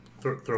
Throw